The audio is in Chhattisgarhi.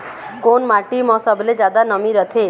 कोन माटी म सबले जादा नमी रथे?